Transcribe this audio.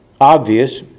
obvious